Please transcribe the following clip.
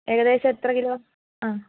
ഏകദേശം എത്ര കിലോ ആ